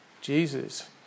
Jesus